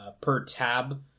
per-tab